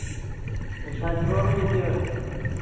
أسۍ حظ چھِ روزان ییٚتہِ